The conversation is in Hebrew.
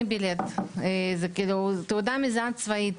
זה כאילו תעודה מזהה צבאית.